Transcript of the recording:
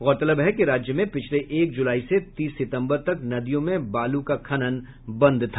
गौरतलब है कि राज्य में पिछले एक जुलाई से तीस सितम्बर तक नदियों में बालू का खनन बंद था